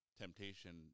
temptation